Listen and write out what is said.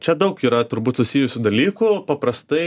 čia daug yra turbūt susijusių dalykų paprastai